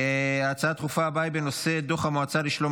ההצעות הדחופות הבאות הן בנושא: דוח המועצה לשלום